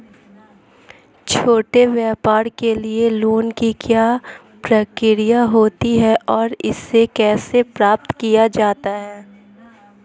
छोटे व्यापार के लिए लोंन की क्या प्रक्रिया होती है और इसे कैसे प्राप्त किया जाता है?